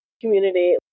community